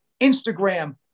Instagram